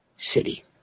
city